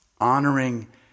honoring